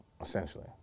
essentially